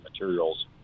materials